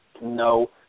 No